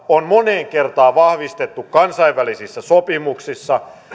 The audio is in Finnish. on moneen kertaan vahvistettu kansainvälisissä sopimuksissa